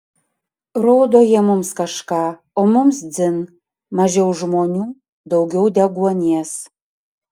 rodo jie mums kažką o mums dzin mažiau žmonių daugiau deguonies